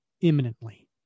imminently